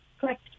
Correct